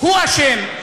הוא אשם,